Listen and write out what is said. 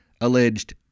alleged